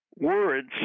words